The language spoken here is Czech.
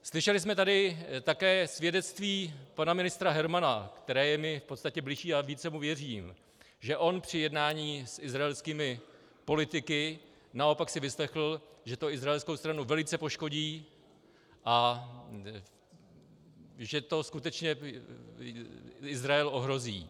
Slyšeli jsme tady také svědectví pana ministra Hermana, které je mi v podstatě bližší, a více mu věřím, že on při jednání s izraelskými politiky si naopak vyslechl, že to izraelskou stranu velice poškodí a že to skutečně Izrael ohrozí.